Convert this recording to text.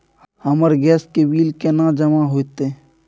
हमर गैस के बिल केना जमा होते?